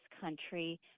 country